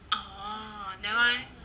oh never mind